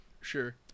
Sure